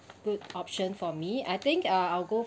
good option for me I think uh I'll go